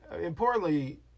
importantly